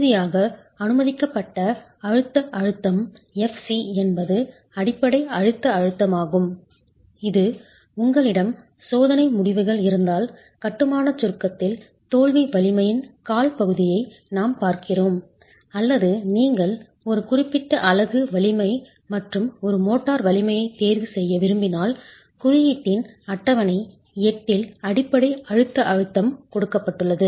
இறுதியாக அனுமதிக்கப்பட்ட அமுக்க அழுத்தம் fc என்பது அடிப்படை அழுத்த அழுத்தமாகும் இது உங்களிடம் சோதனை முடிவுகள் இருந்தால் கட்டுமான சுருக்கத்தில் தோல்வி வலிமையின் கால் பகுதியை நாம் பார்க்கிறோம் அல்லது நீங்கள் ஒரு குறிப்பிட்ட அலகு வலிமை மற்றும் ஒரு மோட்டார் வலிமையை தேர்வு செய்ய விரும்பினால் குறியீட்டின் அட்டவணை 8 இல் அடிப்படை அழுத்த அழுத்தம் கொடுக்கப்பட்டுள்ளது